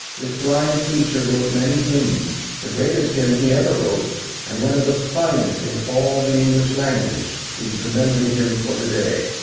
this blind preacher wrote many hymns. the greatest hymn he ever wrote, and one of the finest in all the english language, is the memory hymn for to-day.